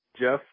Jeff